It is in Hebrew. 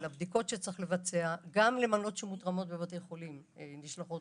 על הבדיקות שצריך לבצע גם מנות שנתרמות בבתי חולים נשלחות